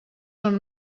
són